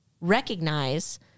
recognize